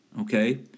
Okay